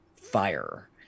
Fire